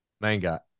manga